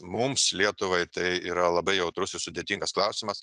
mums lietuvai tai yra labai jautrus ir sudėtingas klausimas